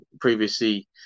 previously